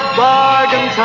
bargain